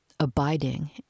abiding